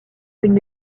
une